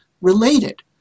related